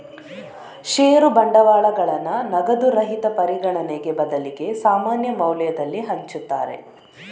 ಷೇರು ಬಂಡವಾಳಗಳನ್ನ ನಗದು ರಹಿತ ಪರಿಗಣನೆಗೆ ಬದಲಿಗೆ ಸಾಮಾನ್ಯ ಮೌಲ್ಯದಲ್ಲಿ ಹಂಚುತ್ತಾರೆ